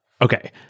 Okay